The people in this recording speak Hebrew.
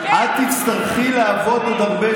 אדוני השר, אילו ראשי הליכוד דיברו איתך?